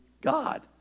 God